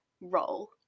role